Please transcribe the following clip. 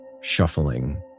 shuffling